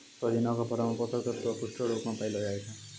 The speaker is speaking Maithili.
सोजिना के फरो मे पोषक तत्व पुष्ट रुपो मे पायलो जाय छै